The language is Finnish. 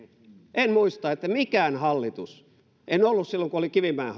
en muista että mikään hallitus en ollut silloin kun oli kivimäen